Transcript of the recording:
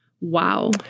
wow